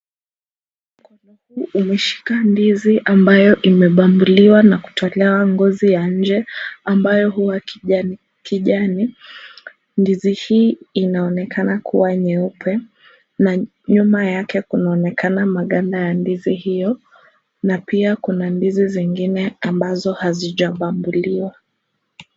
Mkono hii umeshika ndizi ambayo imebambuliwa na kutolewa ngozi ya nje ambayo huwa kijani. Ndizi hii inaonekana kuwa nyeupe na nyuma yake kunaonekana maganda ya ndizi hiyo na pia kuna ndizi zingine ambazo hazijabambuliwa.